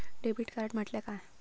Debit card म्हटल्या काय?